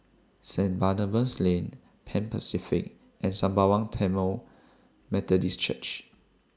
Saint Barnabas Lane Pan Pacific and Sembawang Tamil Methodist Church